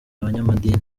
abanyamadini